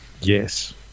Yes